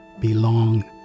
belong